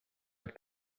but